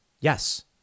Yes